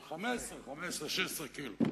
זה 15 16 קילו.